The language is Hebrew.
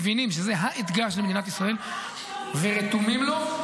מבינים שזה האתגר של מדינת ישראל ורתומים לו.